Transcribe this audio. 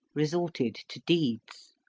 resorted to deeds.